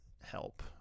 help